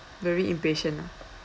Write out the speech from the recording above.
very impatient lah